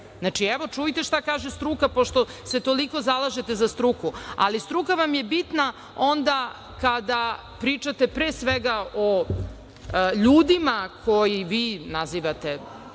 evo čujte šta kaže struka, pošto ste toliko zalažete za struku, ali struka vam je bitna onda kada pričate pre svega o ljudima koje vi nazivate